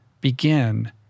begin